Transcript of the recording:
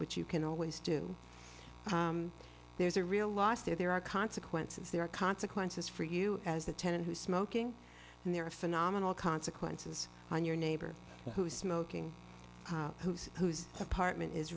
but you can always do there's a real loss there there are consequences there are consequences for you as a tenant who smoking and there are phenomenal consequences when your neighbor who is smoking whose whose apartment is